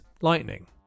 lightning